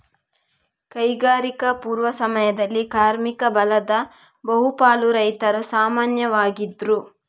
ಕೈಗಾರಿಕಾ ಪೂರ್ವ ಸಮಯದಲ್ಲಿ ಕಾರ್ಮಿಕ ಬಲದ ಬಹು ಪಾಲು ರೈತರು ಸಾಮಾನ್ಯವಾಗಿದ್ರು